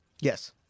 Yes